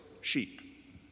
sheep